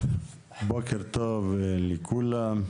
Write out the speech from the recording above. בוקר טוב לכולם,